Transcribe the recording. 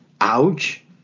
Ouch